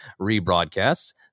rebroadcasts